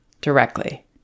directly